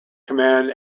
command